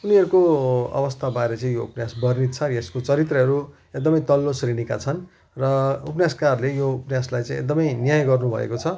उनीहरूको अवस्था बारे चाहिँ यो उपन्यास वर्णित छ यसको चरित्रहरू एकदमै तल्लो श्रेणीका छन् र उपन्यासकारले यो उपन्यासलाई चाहिँ एकदमै न्याय गर्नु भएको छ